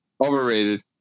Overrated